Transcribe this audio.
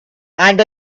and